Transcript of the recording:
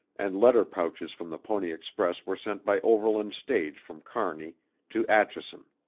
and letter pouches from the pony express were sent by overland stage from kearney to atchison.